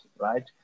right